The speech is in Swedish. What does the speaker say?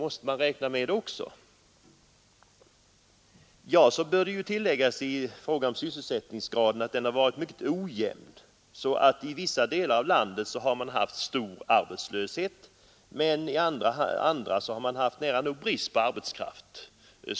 I fråga om sysselsättningsgraden bör tilläggas att den har varit mycket ojämn. I vissa delar av landet har man haft stor arbetslöshet, men i andra delar har man haft nära nog brist på arbetskraft.